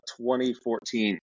2014